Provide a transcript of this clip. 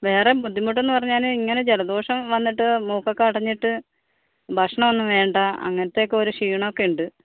വേറെ ബുദ്ധിമുട്ടെന്ന് പറഞ്ഞാല് ഇങ്ങനെ ജലദോഷം വന്നിട്ട് മൂക്കൊക്കെ അടഞ്ഞിട്ട് ഭക്ഷണമൊന്നും വേണ്ട അങ്ങനത്തെയൊക്കെ ഓരോ ക്ഷീണമൊക്കെ ഉണ്ട്